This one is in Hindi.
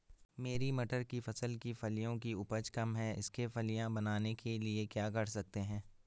मेरी मटर की फसल की फलियों की उपज कम है इसके फलियां बनने के लिए क्या कर सकते हैं?